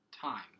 time